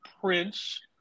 Prince